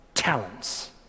talents